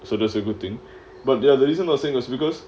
so that's a good thing but there there isn't the thing that's because